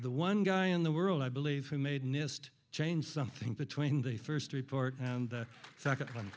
the one guy in the world i believe who made nist change something between the first report and the second